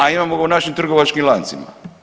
A imamo ga u našim trgovačkim lancima.